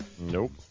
Nope